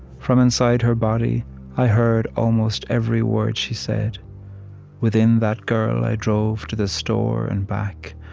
from inside her body i heard almost every word she said within that girl i drove to the store and back,